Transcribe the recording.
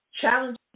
challenges